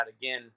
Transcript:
again